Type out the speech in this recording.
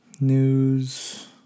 news